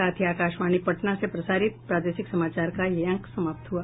इसके साथ ही आकाशवाणी पटना से प्रसारित प्रादेशिक समाचार का ये अंक समाप्त हुआ